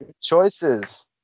Choices